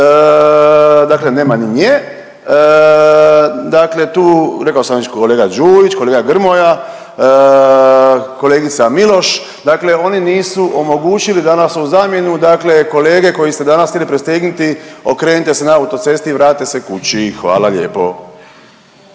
dakle nema ni nje, dakle tu rekao sam već kolega Đujić, kolega Grmoja, kolegica Miloš, dakle oni nisu omogućili danas ovu zamjenu dakle kolege koji ste danas htjeli prisegnuti okrenite se na autocesti i vratite se kući, hvala lijepo.